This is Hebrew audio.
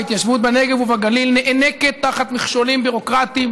ההתיישבות בנגב ובגליל נאנקת תחת מכשולים ביורוקרטיים